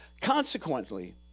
Consequently